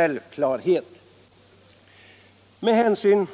Herr talman! Med hänsyn